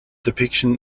depiction